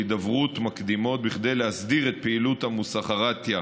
הידברות כדי להסדיר את פעילות המוסחראתייה.